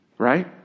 Right